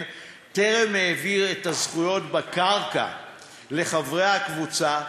בטרם העביר את הזכויות בקרקע לחברי הקבוצה,